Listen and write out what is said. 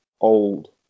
old